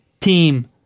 team